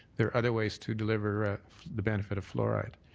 there are other ways to deliver ah the benefit of fluoride.